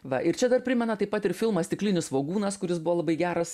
va ir čia dar primena taip pat ir filmą stiklinis svogūnas kuris buvo labai geras